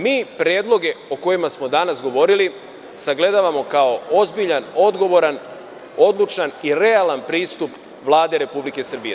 Mi predloge o kojima smo danas govorili sagledavamo kao ozbiljan, odgovoran, odlučan i realan pristup Vlade Republike Srbije.